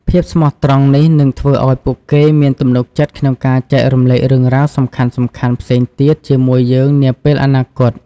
ភាពស្មោះត្រង់នេះនឹងធ្វើឱ្យពួកគេមានទំនុកចិត្តក្នុងការចែករំលែករឿងរ៉ាវសំខាន់ៗផ្សេងទៀតជាមួយយើងនាពេលអនាគត។